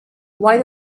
why